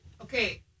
Okay